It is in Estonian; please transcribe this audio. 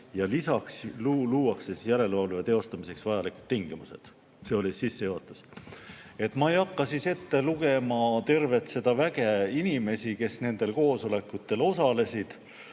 ja lisaks luuakse järelevalve teostamiseks vajalikud tingimused. See oli sissejuhatus. Ma ei hakka ette lugema tervet seda väge inimesi, kes nendel koosolekutel osalesid.